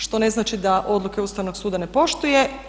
Što ne znači da odluke Ustavnog suda ne poštuje.